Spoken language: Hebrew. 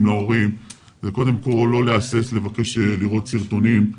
להורים זה קודם כל לא להסס לבקש לראות סרטונים,